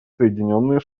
соединенные